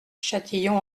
châtillon